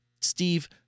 Steve